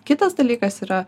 kitas dalykas yra